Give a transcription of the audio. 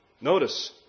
Notice